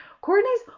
Courtney's